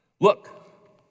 Look